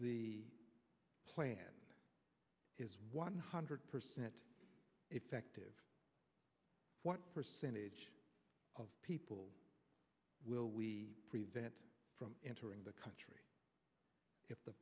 the plan is one hundred percent effective what percentage of people will we prevent from entering the country if the